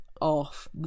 off